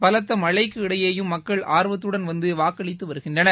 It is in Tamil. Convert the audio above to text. பலத்தமழைக்கு இடையேயும் மக்கள் ஆர்வத்துடன் வந்துவாக்களித்துவருகிறார்கள்